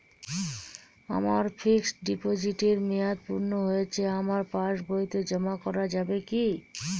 আমার ফিক্সট ডিপোজিটের মেয়াদ পূর্ণ হয়েছে আমার পাস বইতে জমা করা যাবে কি?